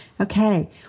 okay